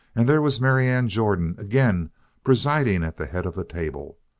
and there was marianne jordan again presiding at the head of the table.